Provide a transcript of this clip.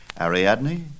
Ariadne